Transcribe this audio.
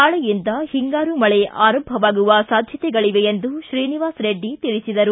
ನಾಳೆಯಿಂದ ಹಿಂಗಾರು ಮಳೆ ಆರಂಭವಾಗುವ ಸಾಧ್ಣತೆಗಳವೆ ಎಂದು ಶ್ರೀನಿವಾಸ ರೆಡ್ಡಿ ತಿಳಿಸಿದರು